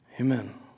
Amen